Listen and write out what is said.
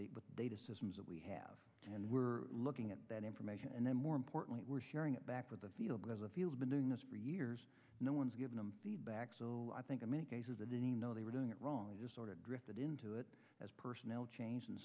the data systems that we have and we're looking at that information and then more importantly we're sharing it back with the field as a field been doing this for years no one's give them feedback so i think in many cases the didn't know they were doing it wrong just sort of drifted into it as personnel